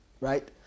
Right